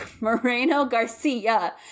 Moreno-Garcia